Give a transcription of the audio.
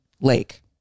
lake